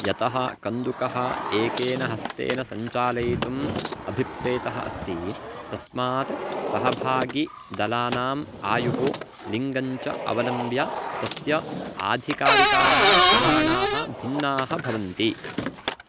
यतः कन्दुकः एकेन हस्तेन सञ्चालयितुम् अभिप्रेतः अस्ति तस्मात् सहभागी दलानाम् आयुः लिङ्गञ्च अवलम्ब्य तस्य आधिकारिकाः प्रमाणाः भिन्नाः भवन्ति